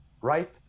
right